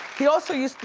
he also used to,